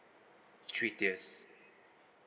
three tiers